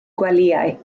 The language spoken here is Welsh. gwelyau